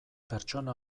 pertsona